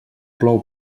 plou